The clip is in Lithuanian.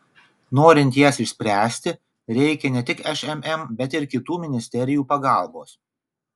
norint jas išspręsti reikia ne tik šmm bet ir kitų ministerijų pagalbos